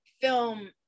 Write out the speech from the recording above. film